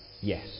Yes